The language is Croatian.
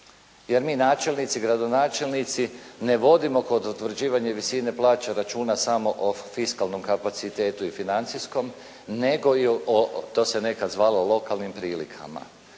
jer mi načelnici, gradonačelnici ne vodimo kod utvrđivanja visine plaća računa samo o fiskalnom kapacitetu i financijskom nego i o, to se nekad zvali o lokalnim prilikama